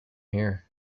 here